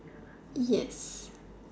yes